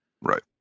Right